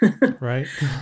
right